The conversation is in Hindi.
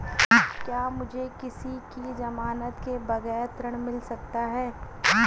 क्या मुझे किसी की ज़मानत के बगैर ऋण मिल सकता है?